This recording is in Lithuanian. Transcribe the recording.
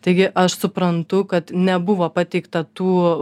taigi aš suprantu kad nebuvo pateikta tų